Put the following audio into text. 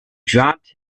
dropped